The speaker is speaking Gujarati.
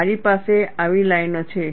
મારી પાસે આવી લાઈનો છે